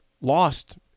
lost